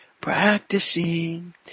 practicing